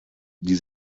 die